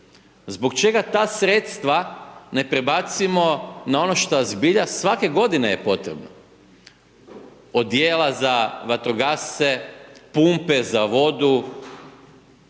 zbog čega ta sredstva ne prebacimo na ono šta zbilja svake godine je potrebno, odijela za vatrogasce, pumpe za vodu,